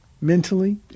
mentally